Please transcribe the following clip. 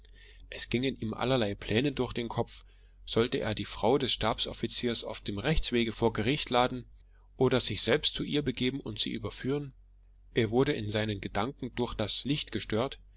es gingen ihm allerlei pläne durch den kopf sollte er die frau des stabsoffiziers auf dem rechtswege vor gericht laden oder sich selbst zu ihr begeben und sie überführen er wurde in seinen gedanken durch das licht gestört